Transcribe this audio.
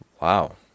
wow